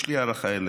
יש לי הערכה אליך,